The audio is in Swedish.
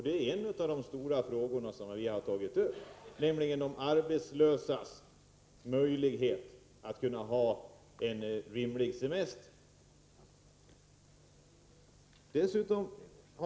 Det är en av de stora frågor som vi har tagit upp, nämligen de arbetslösas möjligheter att ha en rimlig semester.